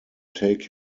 take